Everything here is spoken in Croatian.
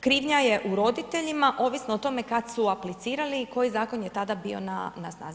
Krivnja je u roditeljima ovisno o tome kad su aplicirali i koji zakon je tada bio na snazi.